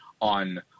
on